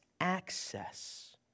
access